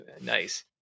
Nice